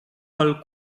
pel